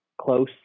close